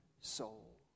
soul